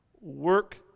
work